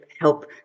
help